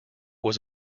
was